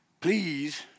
Please